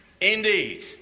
indeed